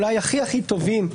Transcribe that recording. אולי הכי הכי טובים,